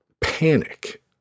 panic